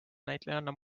näitlejanna